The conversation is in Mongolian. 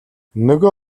нөгөө